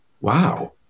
wow